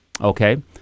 Okay